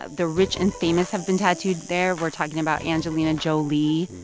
the rich and famous have been tattooed there. we're talking about angelina jolie.